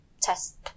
test